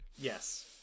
Yes